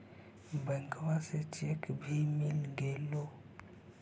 बैंकवा से चेक भी मिलगेलो?